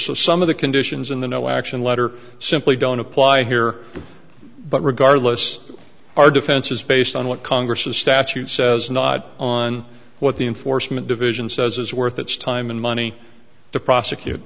some of the conditions in the no action letter simply don't apply here but regardless our defense is based on what congress the statute says not on what the enforcement division says is worth its time and money to prosecute